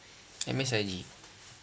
M_S_I_G